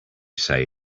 say